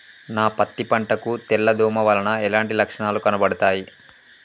నా పత్తి పంట కు తెల్ల దోమ వలన ఎలాంటి లక్షణాలు కనబడుతాయి?